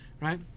right